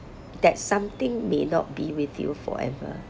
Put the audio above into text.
that something may not be with you forever